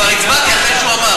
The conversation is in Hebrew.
אבל כבר הצבעתי אחרי שהוא אמר,